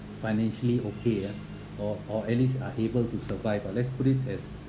financially okay ah or or at least are able to survive lah let's put it as